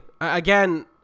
again